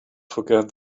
forget